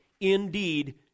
indeed